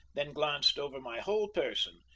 then glanced over my whole person,